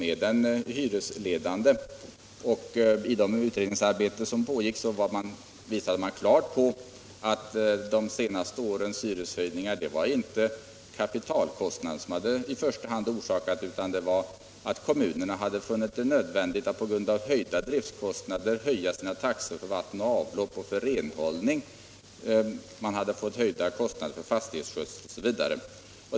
Beträffande hyrorna vill jag nämna att det klart visats att de senaste årens hyreshöjningar inte i första hand orsakats av kapitalkostnader, utan beror på att kommunerna funnit det nödvändigt att på grund av ökade driftkostnader höja sina taxor för vatten och avlopp samt renhållning, att man fått höjda kostnader för fastighetsskötsel, bränsle etc.